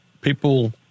people